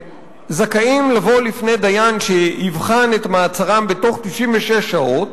שזכאים לבוא לפני דיין שיבחן את מעצרם בתוך 96 שעות,